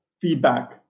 feedback